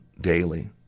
daily